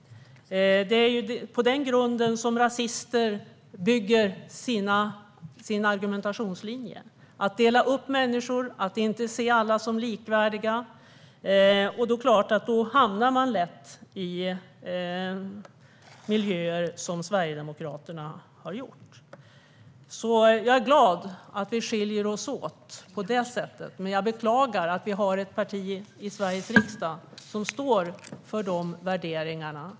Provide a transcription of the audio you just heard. Det är på den grunden som rasister bygger sin argumentationslinje - att dela upp människor, att inte se alla som likvärdiga. Gör man det hamnar man lätt i samma miljöer som Sverigedemokraterna. Jag är glad att vi skiljer oss åt på det sättet, men jag beklagar att vi har ett parti i Sveriges riksdag som står för de värderingarna.